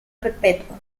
perpetuo